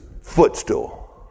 footstool